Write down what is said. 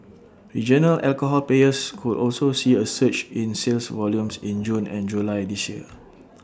regional alcohol players could also see A surge in sales volumes in June and July this year